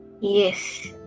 Yes